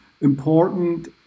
important